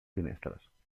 finestres